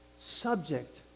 subject